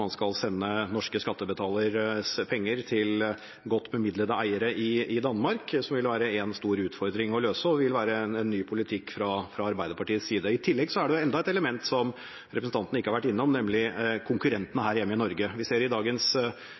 skal sende norske skattebetaleres penger til godt bemidlede eiere i Danmark, noe som vil være en stor utfordring å løse, og også en ny politikk fra Arbeiderpartiets side. I tillegg er det enda et element som representanten ikke har vært innom, nemlig konkurrentene her hjemme i Norge. Vi ser i